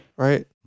Right